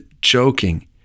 joking